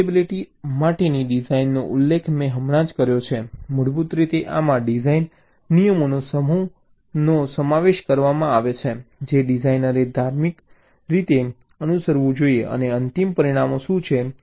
testability માટેની ડિઝાઇનનો ઉલ્લેખ મેં હમણાં જ કર્યો છે મૂળભૂત રીતે આમાં ડિઝાઇન નિયમોના સમૂહનો સમાવેશ થાય છે જે ડિઝાઇનરે ધાર્મિક રીતે અનુસરવું જોઈએ અને અંતિમ પરિણામ શું છે